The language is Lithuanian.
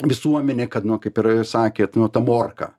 visuomenė kad nu kaip ir ir sakėt nu ta morka